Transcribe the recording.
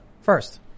first